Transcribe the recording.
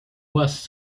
was